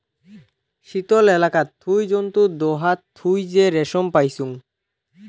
শীতল এলাকাত থুই জন্তুর দেহাত থুই যে রেশম পাইচুঙ